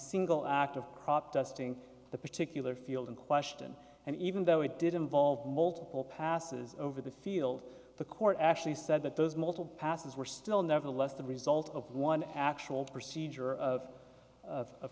single act of crop dusting the particular field in question and even though it did involve multiple passes over the field the court actually said that those multiple passes were still nevertheless the result of one actual procedure of